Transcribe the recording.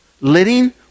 Letting